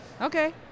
Okay